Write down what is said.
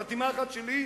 חתימה אחת שלי,